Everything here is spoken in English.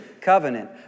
covenant